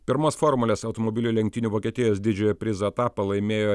pirmos formulės automobilių lenktynių vokietijos didžiojo prizo etapą laimėjo